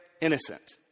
innocent